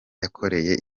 yakoreye